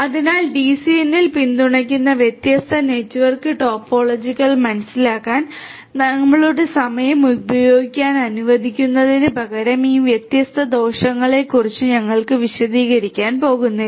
അതിനാൽ ഡിസിഎനിൽ പിന്തുണയ്ക്കുന്ന വ്യത്യസ്ത നെറ്റ്വർക്ക് ടോപ്പോളജികൾ മനസിലാക്കാൻ ഞങ്ങളുടെ സമയം ഉപയോഗിക്കാൻ അനുവദിക്കുന്നതിനുപകരം ഈ വ്യത്യസ്ത ദോഷങ്ങളെക്കുറിച്ച് ഞങ്ങൾ വിശദീകരിക്കാൻ പോകുന്നില്ല